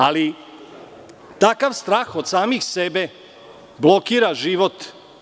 Ali, takav strah od samih sebe blokira život.